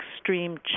extreme